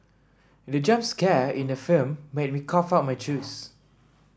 the jump scare in the film made me cough out my juice